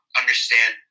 understand